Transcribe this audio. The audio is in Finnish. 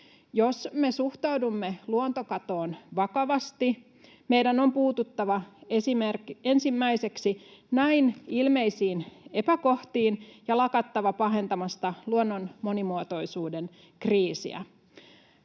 Jos me suhtaudumme luontokatoon vakavasti, meidän on puututtava ensimmäiseksi näin ilmeisiin epäkohtiin ja lakattava pahentamasta luonnon monimuotoisuuden kriisiä.